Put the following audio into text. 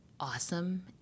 awesome